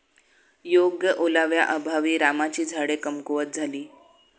योग्य ओलाव्याअभावी रामाची झाडे कमकुवत झाली